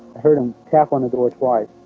heard him tap on the door twice